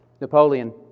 Napoleon